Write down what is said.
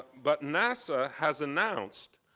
but nasa has announced,